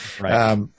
Right